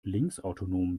linksautonom